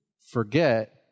forget